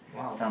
!wow!